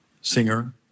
singer